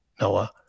Noah